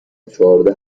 چهارده